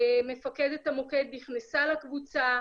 מפקדת המוקד נכנסה לקבוצה,